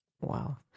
Wow